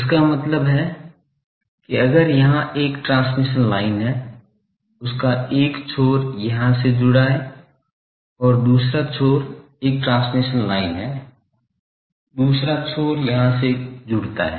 इसका मतलब है कि अगर यहां एक ट्रांसमिशन लाइन है उसका एक छोर यहां से जुड़ा है और दूसरा छोर एक ट्रांसमिशन लाइन है दूसरा छोर यहां से जुड़ता है